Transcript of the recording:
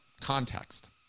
context